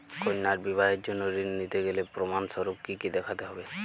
কন্যার বিবাহের জন্য ঋণ নিতে গেলে প্রমাণ স্বরূপ কী কী দেখাতে হবে?